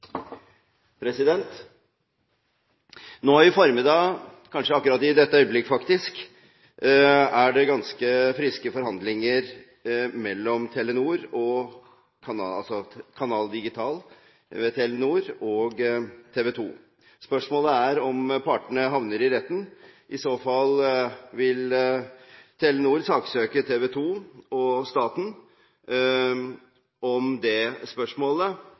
avsluttet. Nå i formiddag, faktisk kanskje akkurat i dette øyeblikk, er det ganske friske forhandlinger mellom Canal Digital, ved Telenor, og TV 2. Spørsmålet er om partene havner i retten. I så fall vil Telenor saksøke TV 2 og staten i det spørsmålet